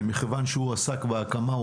ומכיוון שהוא עסק בהקמה,